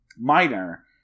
minor